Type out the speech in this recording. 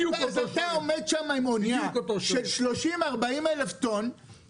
ואז אתה עומד שם עם אונייה של 30-40 אלף טון,